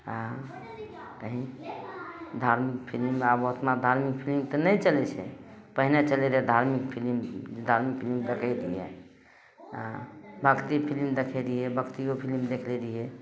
आ कही धार्मिक फिलिम आब ओतना धार्मिक फिलिम तऽ नहि चलै छै पहिने चलै रहै धार्मिक फिलिम धार्मिक फिलिम देखै रहियै आ भक्ति फिलिम देखै रहियै भक्तियो फिलिम देखि लै रहियै